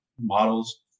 models